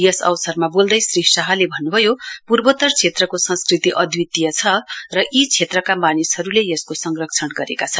यस अवसरमा बोल्दै श्री शाहले भन्नुभयो पूर्वोत्तर क्षेत्रको संस्कृति अद्वितीय छ र यी क्षेत्रका मानिसहरूले यसको संरक्षण गरेका छन्